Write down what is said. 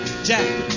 Jack